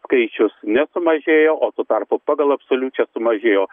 skaičius nesumažėjo o tuo tarpu pagal absoliučią sumažėjo